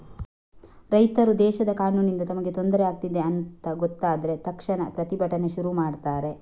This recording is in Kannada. ರೈತರು ದೇಶದ ಕಾನೂನಿನಿಂದ ತಮಗೆ ತೊಂದ್ರೆ ಆಗ್ತಿದೆ ಅಂತ ಗೊತ್ತಾದ ತಕ್ಷಣ ಪ್ರತಿಭಟನೆ ಶುರು ಮಾಡ್ತಾರೆ